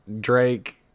Drake